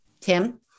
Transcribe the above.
Tim